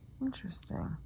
Interesting